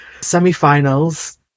Semi-finals